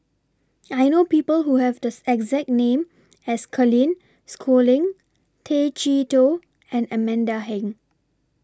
I know People Who Have The exact name as Colin Schooling Tay Chee Toh and Amanda Heng